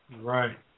Right